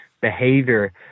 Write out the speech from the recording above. behavior